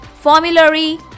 formulary